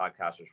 podcasters